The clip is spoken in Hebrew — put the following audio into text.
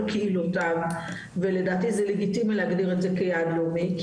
קהילותיו ולדעתי זה לגיטימי להגדיר את זה כיעד לאומי,